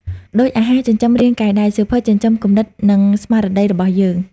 ដូចអាហារចិញ្ចឹមរាងកាយដែេ សៀវភៅចិញ្ចឹមគំនិត និងស្មារតីរបស់យើង។